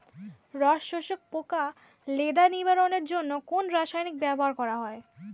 রস শোষক পোকা লেদা নিবারণের জন্য কোন রাসায়নিক ব্যবহার করা হয়?